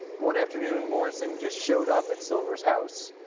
one afternoon, morrison just showed up at silver's house.